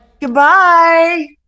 goodbye